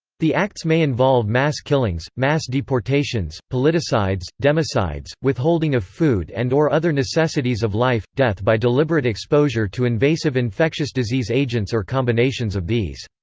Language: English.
the acts may involve mass killings, mass deportations, politicides democides, withholding of food and or other necessities of life, death by deliberate exposure to invasive infectious disease agents or combinations of these.